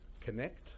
Connect